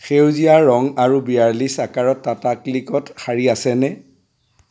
সেউজীয়া ৰঙ আৰু বিয়াল্লিছ আকাৰত টাটা ক্লিকত শাড়ী আছেনে